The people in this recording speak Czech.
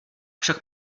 však